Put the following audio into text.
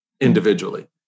individually